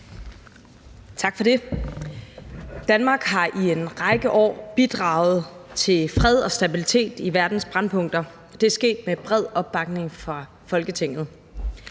Tak for det. Danmark har i en række år bidraget til fred og stabilitet i verdens brændpunkter. Det er sket med bred opbakning fra Folketinget.